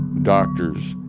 doctors,